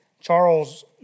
Charles